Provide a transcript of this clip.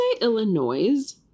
Illinois